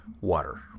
Water